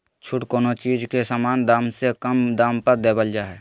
छूट कोनो चीज के सामान्य दाम से कम दाम पर देवल जा हइ